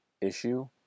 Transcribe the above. issue